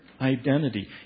identity